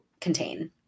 contain